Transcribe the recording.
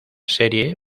serie